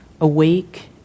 awake